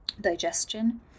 digestion